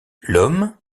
l’homme